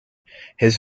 his